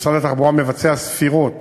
משרד התחבורה מבצע ספירות